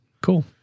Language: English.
Cool